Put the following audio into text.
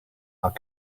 are